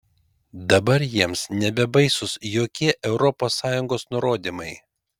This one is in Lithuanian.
dabar jiems nebebaisūs jokie europos sąjungos nurodymai